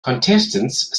contestants